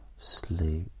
sleep